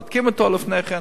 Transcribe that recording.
בודקים אותה לפני כן